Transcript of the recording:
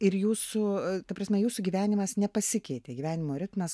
ir jūsų ta prasme jūsų gyvenimas nepasikeitė gyvenimo ritmas